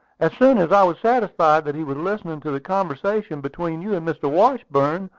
as soon as i was satisfied that he was listening to the conversation between you and mr. washburn,